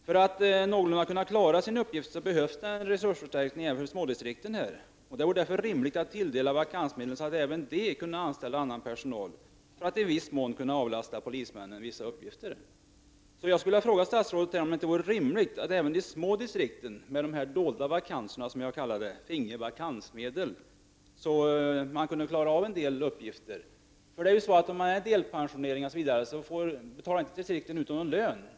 För att man någorlunda skall kunna klara sin uppgift behövs resursförstärkning även till smådistrikten, och det vore därför rimligt att tilldela även dem vakansmedel, så att de kunde anställa annan personal för att i viss mån avlasta polismännen arbetsuppgifter. Vore det därför inte rimligt att även de små distrikten med dolda vakanser, så att säga, finge vakansmedel, så att de kunde klara en del uppgifter? Vid delpensionering m.m. betalar inte distrikten ut någon lön.